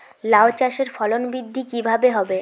লাউ চাষের ফলন বৃদ্ধি কিভাবে হবে?